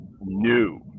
new